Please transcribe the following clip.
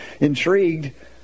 Intrigued